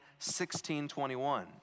1621